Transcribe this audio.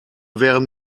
wäre